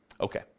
Okay